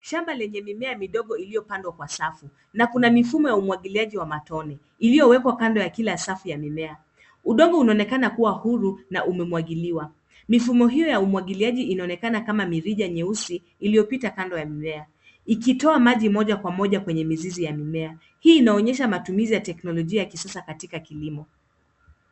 Shamba lenye mimea midogo iliyopandwa kwa safu, na kuna mifumo ya umwagiliaji wa matone, iliyowekwa kando ya kila safu ya mimea. Udongo unaonekana kuwa huru na umemwagiliwa. Mifumo hiyo ya umwagiliaji unaonekana kama mirija nyeusi iliyopita kando ya mimea, ikitoa maji moja kwa moja kwenye mizizi ya mimea. Hii inaonyesha matumizi ya teknolijia ya kisasa katika kilimo.